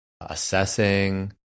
assessing